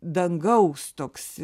dangaus toks